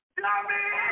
dummy